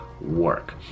Work